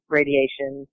radiation